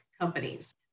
companies